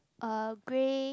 uh grey